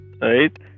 right